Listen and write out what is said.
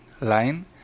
line